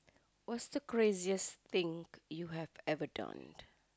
what's the craziest thing you have ever done